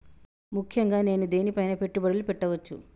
ముఖ్యంగా నేను దేని పైనా పెట్టుబడులు పెట్టవచ్చు?